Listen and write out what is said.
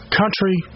country